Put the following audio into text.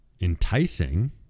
enticing